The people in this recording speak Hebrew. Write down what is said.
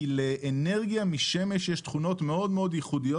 כי לאנרגיה משמש יש תכונות מאוד ייחודיות